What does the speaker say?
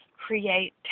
Create